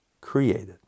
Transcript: created